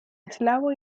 eslavo